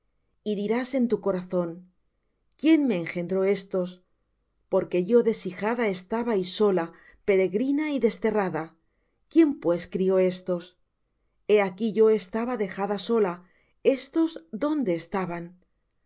y dirás en tu corazón quién me engendró estos porque yo deshijada estaba y sola peregrina y desterrada quién pues crió éstos he aquí yo estaba dejada sola éstos dónde estaban